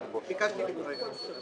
זה ייכנס לתוקף ב-2022.